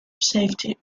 safety